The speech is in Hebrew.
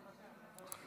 מוותר.